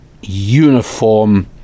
uniform